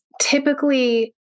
typically